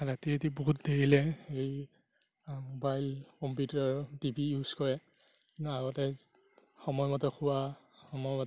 ৰাতি ৰাতি বহুত দেৰিলে হেৰি mobile computer T V use কৰে কিন্তু আগতে সময়মতে শোৱা সময়মতে